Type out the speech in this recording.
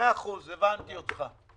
מאה אחוז, הבנתי אותך.